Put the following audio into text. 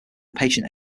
patient